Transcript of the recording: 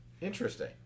Interesting